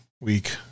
week